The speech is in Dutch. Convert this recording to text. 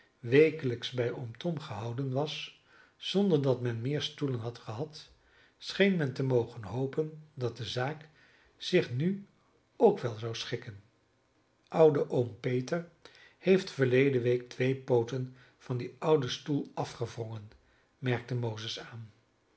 wekelijks bij oom tom gehouden was zonder dat men meer stoelen had gehad scheen men te mogen hopen dat de zaak zich nu ook wel zou schikken oude oom peter heeft verleden week twee pooten van dien ouden stoel afgewrongen merkte mozes aan